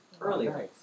earlier